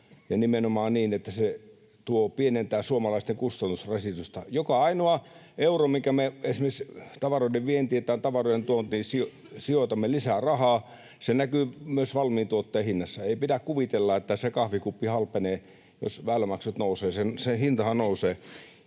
nimenomaan niin, että se pienentää suomalaisten kustannusrasitusta. Joka ainoa euro, minkä me esimerkiksi tavaroiden vientiin tai tavaroiden tuontiin sijoitamme lisää rahaa, näkyy myös valmiin tuotteen hinnassa. Ei pidä kuvitella, että kahvikuppi halpenee, jos väylämaksut nousevat, sen hintahan nousee.